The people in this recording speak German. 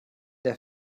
der